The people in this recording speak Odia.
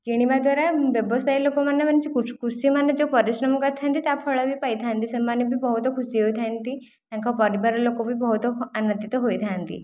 କିଣିବା ଦ୍ଵାରା ବ୍ୟବସାୟୀ ଲୋକମାନେ ମାନେ ଯେଉଁ କୃଷିମାନେ ଯେଉଁ ପରିଶ୍ରମ କରିଥାନ୍ତି ତା ଫଳ ବି ପାଇଥାନ୍ତି ସେମାନେ ବି ବହୁତ ଖୁସି ହୋଇଥାନ୍ତି ତାଙ୍କ ପରିବାର ଲୋକ ବି ବହୁତ ଆନନ୍ଦିତ ହୋଇଥାନ୍ତି